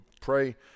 pray